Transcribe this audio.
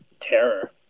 terror